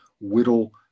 whittle